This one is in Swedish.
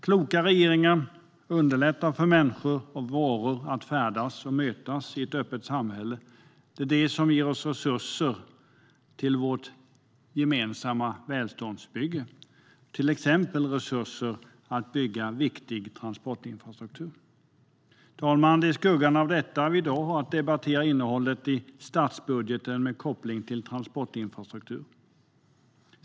Kloka regeringar underlättar för människor och varor att färdas och mötas i ett öppet samhälle. Det är det som ger oss resurser till vårt gemensamma välståndsbygge, till exempel resurser till att bygga viktig transportinfrastruktur. Herr talman! Det är i skuggan av detta vi i dag har att debattera innehållet i statsbudgeten med koppling till transportinfrastruktur.